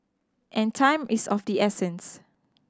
and time is of the essence